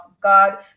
god